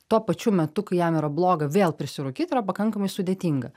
tuo pačiu metu kai jam yra bloga vėl prisirūkyt yra pakankamai sudėtinga